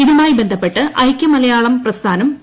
ഇതുമായി ബന്ധപ്പെട്ട ഐക്യ മലയാള പ്രസ്ഥാനം പി